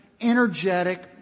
energetic